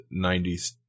90s